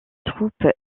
troupes